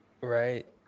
right